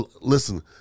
Listen